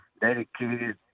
dedicated